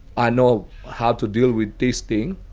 i know how to deal with this thing.